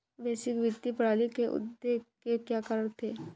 वैश्विक वित्तीय प्रणाली के उदय के क्या कारण थे?